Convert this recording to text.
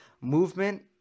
Movement